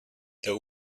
there